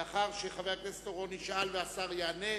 לאחר שחבר הכנסת אורון ישאל והשר יענה,